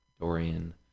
Dorian